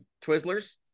Twizzlers